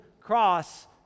cross